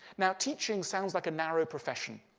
now, teaching sounds like a narrow profession,